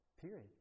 Period